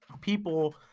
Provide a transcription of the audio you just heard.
people